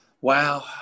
wow